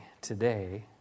today